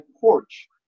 porch